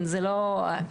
נכון: